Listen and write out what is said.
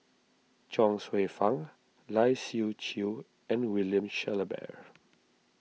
Chuang Hsueh Fang Lai Siu Chiu and William Shellabear